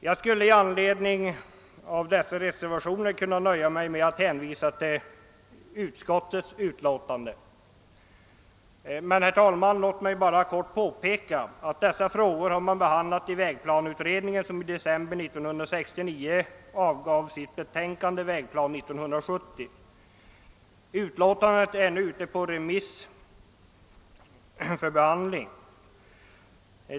Beträffande dessa reservationer skulle jag kunna nöja mig med att hänvisa till utskottets utlåtande. Låt mig emellertid helt kort få påpeka att dessa frågor har behandlats av vägplaneutredningen, som i december 1969 <avgav sitt betänkande Vägplan 1970. Detta remissbehandlas för närvarande.